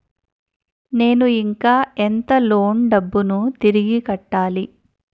నేను ఇంకా ఎంత లోన్ డబ్బును తిరిగి కట్టాలి?